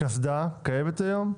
קסדה קיימת היום?